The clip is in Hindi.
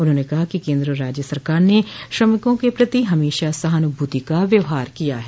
उन्होंने कहा कि केन्द्र और राज्य सरकार ने श्रमिकों के प्रति हमेशा सहानुभूति का व्यवहार किया है